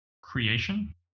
creation